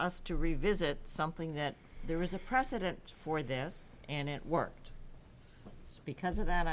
us to revisit something that there is a precedent for this and it worked so because of that